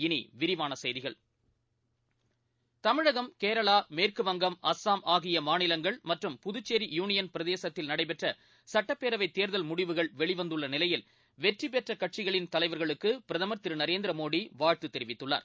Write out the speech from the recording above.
இனி விரிவான செய்திகள் தமிழகம் கேரளா மேற்குவங்கம் அஸ்ஸாம் ஆகிய மாநிலங்கள் மற்றும் புதுச்சேரி யூனியன் பிரதேசத்தில் நடைபெற்ற சுட்டப்பேரவைத் தேர்தல் முடிவுகள் வெளிவந்துள்ள நிலையில் வெற்றி பெற்ற கட்சிகளின் தலைவர்களுக்கு பிரதமர் திரு நரேந்திர மோடி வாழ்த்து தெரிவித்துள்ளார்